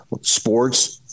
sports